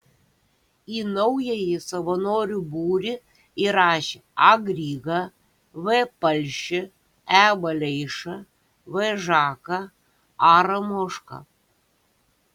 į naująjį savanorių būrį įrašė a grygą v palšį e valeišą v žaką a ramošką